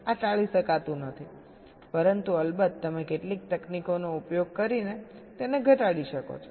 આ ટાળી શકાતું નથી પરંતુ અલબત્ત તમે કેટલીક તકનીકોનો ઉપયોગ કરીને તેને ઘટાડી શકો છો